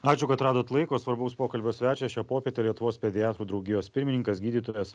ačiū kad radot laiko svarbaus pokalbio svečias šią popietę lietuvos pediatrų draugijos pirmininkas gydytojas